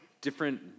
different